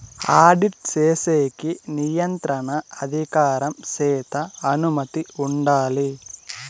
audit చేసేకి నియంత్రణ అధికారం చేత అనుమతి ఉండాలి